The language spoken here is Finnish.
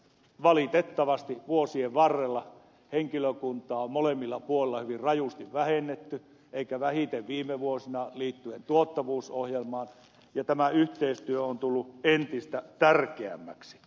valitettavasti vuosien varrella henkilökuntaa on molemmilla puolilla hyvin rajusti vähennetty eikä vähiten viime vuosina liittyen tuottavuusohjelmaan ja tämä yhteistyö on tullut entistä tärkeämmäksi